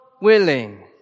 willing